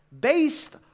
based